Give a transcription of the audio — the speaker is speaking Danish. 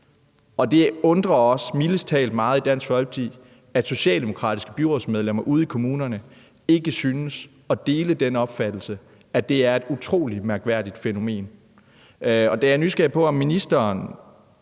Det undrer os mildest talt meget i Dansk Folkeparti, at socialdemokratiske byrådsmedlemmer ude i kommunerne ikke synes at dele den opfattelse, at det er et utrolig mærkværdigt fænomen, og jeg er nysgerrig på, om ministeren